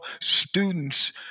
students